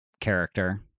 character